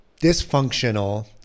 dysfunctional